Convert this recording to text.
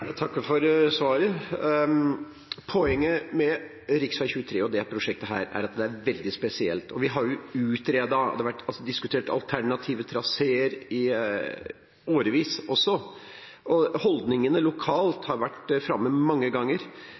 Jeg takker for svaret. Poenget med rv. 23 og dette prosjektet er at det er veldig spesielt. Vi har utredet, og det har vært diskutert alternative traseer i årevis. Holdningene lokalt har vært framme mange ganger.